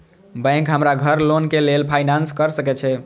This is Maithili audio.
बैंक हमरा घर लोन के लेल फाईनांस कर सके छे?